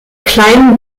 kleinen